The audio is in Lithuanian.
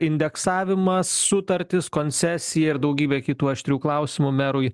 indeksavimas sutartis koncesija ir daugybė kitų aštrių klausimų merui